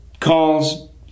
calls